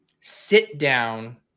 sit-down